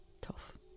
tough